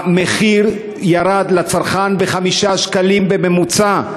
המחיר לצרכן ירד ב-5 שקלים בממוצע,